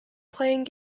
playing